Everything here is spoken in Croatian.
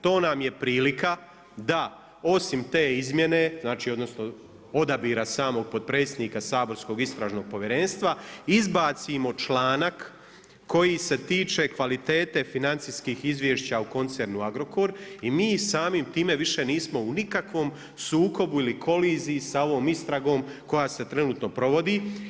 To nam je prilika da osim te izmjene, znači odnosno odabira samog potpredsjednika saborskog Istražnog povjerenstva izbacimo članak koji se tiče kvalitete financijskih izvješća u koncernu Agrokor i mi samim time više nismo u nikakvom sukobu ili koliziji sa ovom istragom koja se trenutno provodi.